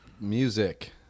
Music